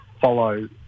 follow